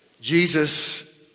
Jesus